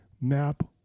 Map